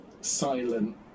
silent